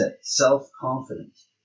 Self-confidence